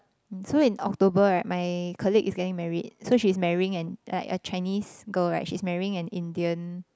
so in October right my colleague is getting married so she's marrying an a a Chinese girl right she's marrying an Indian